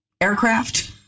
aircraft